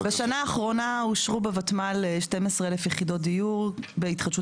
בשנה האחרונה אושרו בותמ"ל 12,000 יחידות דיור בהתחדשות